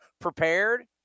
prepared